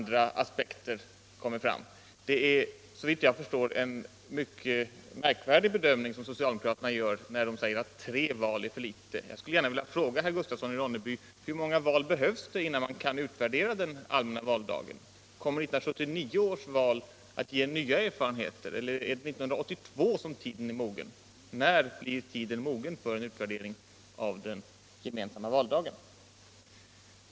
Det är en mycket märkvärdig bedömning socialdemokraterna gör när de säger att tre val är för litet, och jag skulle gärna vilja fråga herr Gustafsson i Ronneby: Hur många val behövs det innan man kan utvärdera den gemensamma valdagen? Kommer 1979 års val att ge nya erfarenheter, eller är det 1982 som tiden är mogen? När blir tiden mogen för en utvärdering av den gemensamma valdagen?